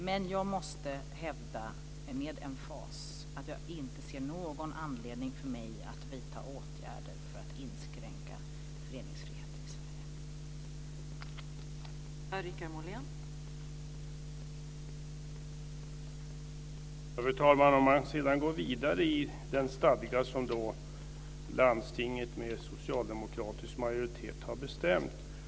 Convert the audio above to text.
Men jag måste hävda med emfas att jag inte ser någon anledning för mig att vidta åtgärder för att inskränka föreningsfriheten i Sverige.